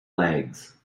legs